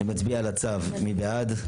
מי בעד?